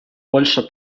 польша